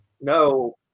No